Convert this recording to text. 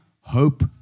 hope